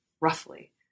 roughly